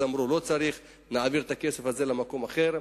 אמרו: לא צריך, נעביר את הכסף הזה למקום אחר.